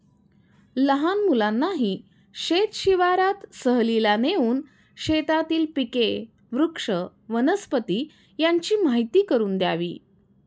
लहान मुलांनाही शेत शिवारात सहलीला नेऊन शेतातील पिके, वृक्ष, वनस्पती यांची माहीती करून द्यावी